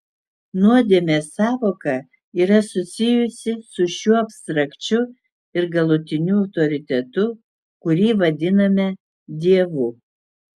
nuodėmės sąvoka yra susijusi su šiuo abstrakčiu ir galutiniu autoritetu kurį vadiname dievu